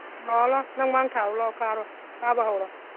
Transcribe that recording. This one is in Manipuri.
ꯂꯥꯛꯑꯣ ꯂꯥꯛꯑꯣ ꯅꯪ ꯃꯥꯡ ꯊꯥꯔꯨ ꯂꯥꯛꯑꯣ ꯀꯥꯔꯣ ꯀꯥꯕ ꯍꯧꯔꯣ